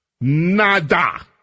Nada